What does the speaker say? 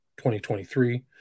2023